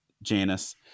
Janice